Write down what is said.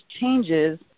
changes